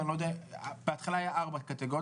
בהתחלה היו ארבע קטגוריות,